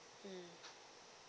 mmhmm